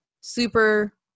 super